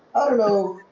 i don't know